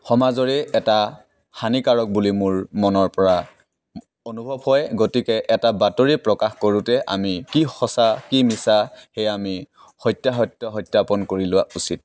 সমাজৰেই এটা হানিকাৰক বুলি মোৰ মনৰ পৰা অনুভৱ হয় গতিকে এটা বাতৰি প্ৰকাশ কৰোঁতে আমি কি সঁচা কি মিছা সেয়া আমি সত্যাসত্য সত্যাপন কৰি লোৱা উচিত